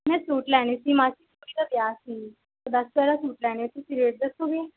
ਮੈਂ ਸੂਟ ਲੈਣੇ ਸੀ ਮਾਸੀ ਦੀ ਕੁੜੀ ਦਾ ਵਿਆਹ ਸੀ ਦਸ ਬਾਰਾਂ ਸੂਟ ਲੈਣੇ ਤੁਸੀਂ ਰੇਟ ਦੱਸੋਗੇ